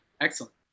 Excellent